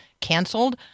canceled